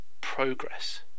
progress